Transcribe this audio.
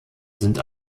sind